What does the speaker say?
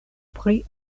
pri